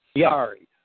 Sorry